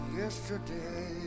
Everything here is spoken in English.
yesterday